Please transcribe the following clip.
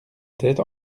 tête